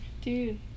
Dude